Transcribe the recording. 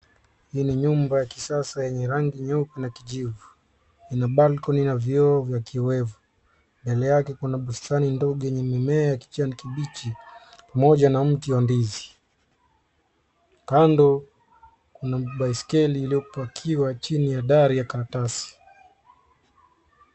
Hii ni nyumba ya kisasa yenye rangi nyeupe na kijivu. Ina balcony na vioo vya kiowevu. Mbele yake kuna bustani ndogo yenye mimea ya kijani kibichi pamoja na mti wa ndizi. Kando, kuna baiskeli iliyopakiwa chini ya dari ya karatasi.